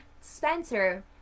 Spencer